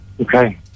Okay